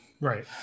right